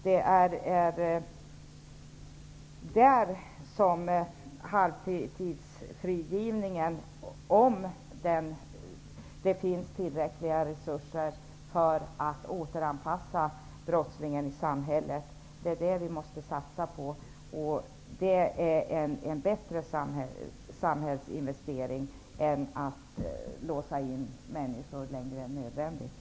Det är halvtidsfrigivningen, om det finns tillräckliga resurser för att återanpassa brottslingen i samhället, som vi måste satsa på. Det är en bättre samhällsinvestering än att låsa in människor längre än nödvändigt.